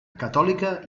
catòlica